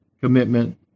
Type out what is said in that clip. commitment